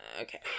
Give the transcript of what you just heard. okay